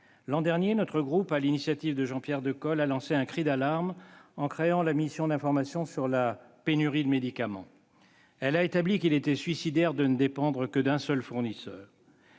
L'an dernier, mon groupe, sur l'initiative de M. Jean-Pierre Decool, a lancé un cri d'alarme en créant une mission d'information sur la pénurie de médicaments et de vaccins. Celle-ci a établi qu'il était suicidaire de ne dépendre que d'un seul fournisseur.